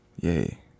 Yay